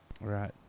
Right